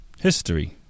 history